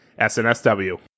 SNSW